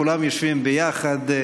כולם יושבים ביחד.